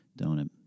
donut